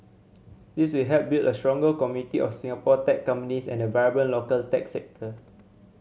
this will help build a stronger community of Singapore tech companies and a vibrant local tech sector